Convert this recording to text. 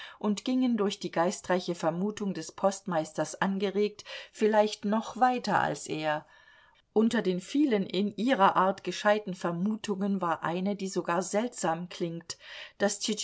und gingen durch die geistreiche vermutung des postmeisters angeregt vielleicht noch weiter als er unter den vielen in ihrer art gescheiten vermutungen war eine die sogar seltsam klingt daß